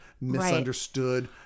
misunderstood